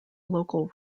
local